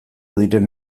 diren